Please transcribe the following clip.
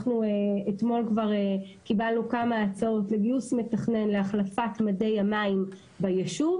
אנחנו אתמול כבר קיבלנו כמה הצעות לגיוס מתכנן להחלפת מדי המים בישוב.